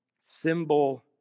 symbol